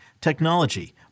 technology